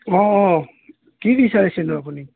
অঁ কি বিচাৰিছেনো আপুনি